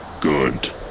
Good